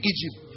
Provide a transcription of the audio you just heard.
Egypt